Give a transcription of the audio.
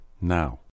now